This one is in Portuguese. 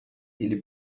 ele